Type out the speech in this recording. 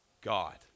God